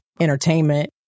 entertainment